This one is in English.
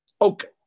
Okay